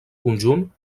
conjunt